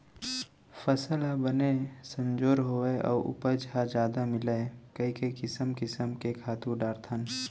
फसल ह बने संजोर होवय अउ उपज ह जादा मिलय कइके किसम किसम के खातू डारथन